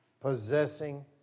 possessing